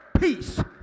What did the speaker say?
peace